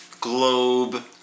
globe